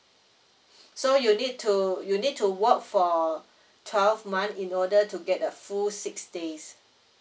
so you need to you need to work for twelve month in order to get the full six days